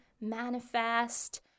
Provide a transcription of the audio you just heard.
manifest